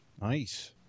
Nice